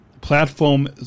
platform